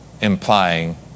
implying